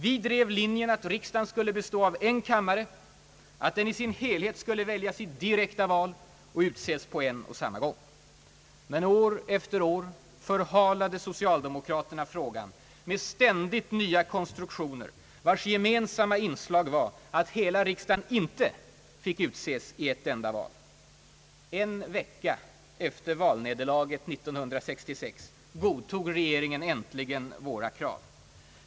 Vi drev linjen att riksdagen skulle bestå av en kammare, att den i sin helhet skulle väljas i direkta val och utses på en och samma gång. — Men år efter år förhalade socialdemokraterna frågan med ständigt nya konstruktioner, vilkas gemensam ma inslag var att hela riksdagen inte fick utses i ett enda val. En vecka efter valnederlaget 1966 godtog regeringen äntligen vårt krav.